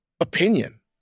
opinion